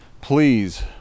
Please